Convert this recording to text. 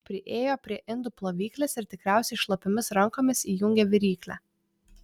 priėjo prie indų plovyklės ir tikriausiai šlapiomis rankomis įjungė viryklę